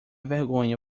vergonha